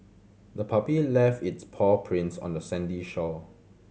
the puppy left its paw prints on the sandy shore